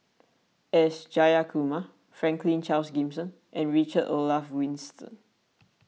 S Jayakumar Franklin Charles Gimson and Richard Olaf Winstedt